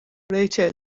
ریچل